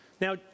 Now